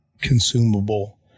consumable